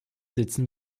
sitzen